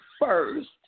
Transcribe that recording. first